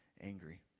angry